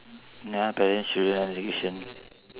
you want parents children education